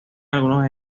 algunos